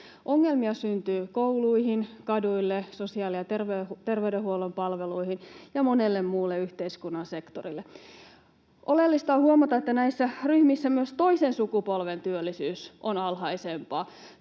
Ongelmia syntyy kouluihin, kaduille, sosiaali- ja terveydenhuollon palveluihin ja monelle muulle yhteiskunnan sektorille. Oleellista on huomata, että näissä ryhmissä myös toisen sukupolven työllisyys on alhaisempaa,